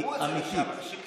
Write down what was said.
קידמו את זה אנשים קיצוניים.